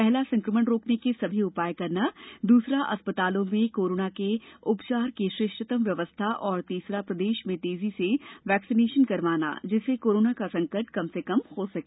पहला संक्रमण रोकने के सभी उपाय करना दूसरा अस्पतालों में कोरोना के उपचार की श्रेष्ठतम व्यवस्था और तीसरा प्रदेश में तेजी से वैक्सीनेशन करवाना जिससे कोरोना का संकट कम से कम हो सके